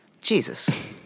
Jesus